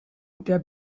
der